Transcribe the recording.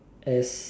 as